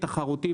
תחרותי,